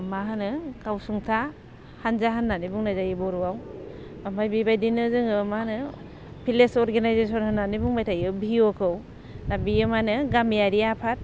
मा होनो गावसुंथा हानजा होननानै बुंनाय जायो बर'आव ओमफ्राय बेबायदिनो भिलेज अरगानायजेसन होननानै बुंबाय थायो भि अ खौ दा बेयो मा नो गामियारि आफाद